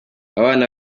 abana